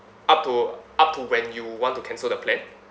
up to up to when you want to cancel the plan